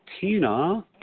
Tina